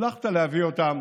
הצלחת להביא אותם